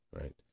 right